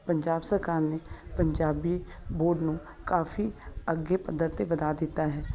ਪੰਜਾਬ ਸਰਕਾਰ ਨੇ ਪੰਜਾਬੀ ਬੋਰਡ ਨੂੰ ਕਾਫੀ ਅੱਗੇ ਪੱਧਰ 'ਤੇ ਵਧਾ ਦਿੱਤਾ ਹੈ